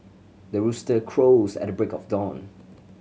the rooster crows at the break of dawn